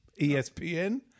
ESPN